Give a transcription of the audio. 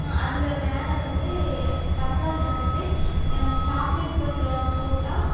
அதில் மேலே வந்து டம்ளரில் வந்து சாக்லேட் கொஞ்சம் போட்டால்